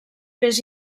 més